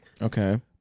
Okay